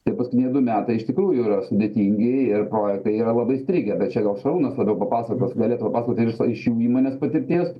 tai paskutiniai du metai iš tikrųjų yra sudėtingi ir projektai yra labai įstrigę bet čia gal šarūnas labiau papasakos galėtų papasakot ir iš sa iš jų įmonės patirties